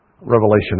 Revelation